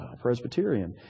presbyterian